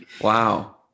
Wow